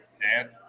Dad